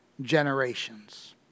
generations